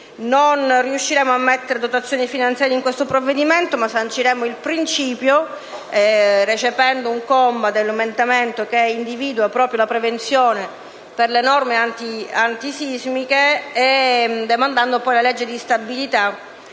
non riusciremo ad inserire dotazioni finanziarie in questo provvedimento, ma sanciremo il principio, recependo un comma dell'emendamento che individua proprio la prevenzione, in materia di norme antisismiche, e demandando alla legge di stabilità